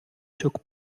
took